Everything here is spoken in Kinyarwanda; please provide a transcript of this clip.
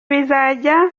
bizajya